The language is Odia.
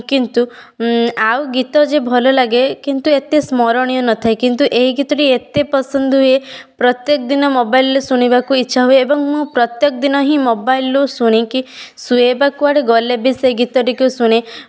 କିନ୍ତୁ ଆଉ ଗୀତ ଯେ ଭଲ ଲାଗେ କିନ୍ତୁ ଏତେ ସ୍ମରଣୀୟ ନ ଥାଏ କିନ୍ତୁ ଏହି ଗୀତଟି ଏତେ ପସନ୍ଦ ହୁଏ ପ୍ରତ୍ୟେକ ଦିନ ମୋବାଇଲ୍ରେ ଶୁଣିବାକୁ ଇଚ୍ଛା ହୁଏ ଏବଂ ମୁଁ ପ୍ରତ୍ୟେକ ଦିନ ହିଁ ମୋବାଇଲ୍ରୁ ଶୁଣି କି ଶୁଏ ବା କୁଆଡ଼େ ଗଲେ ବି ସେଇ ଗୀତଟିକୁ ଶୁଣେ